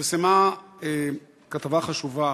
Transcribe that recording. פרסמה כתבה חשובה